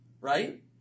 Right